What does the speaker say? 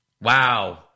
Wow